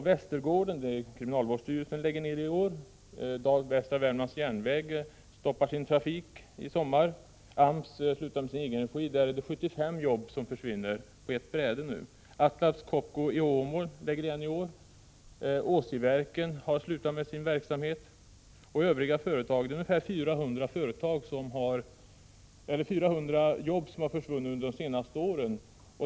Västergården lägger kriminalvårdsstyrelsen ned i år, Dal-Västra Värmlands järnvägar stoppar sin trafik i sommar, AMS slutar med sin ”egenregi” — där är det 75 jobb som försvinner på ett bräde. Atlas Copco i Åmål lägger igen i år, och Åsieverken har slutat med sin verksamhet — det är ungefär 400 jobb som har försvunnit under de senaste åren.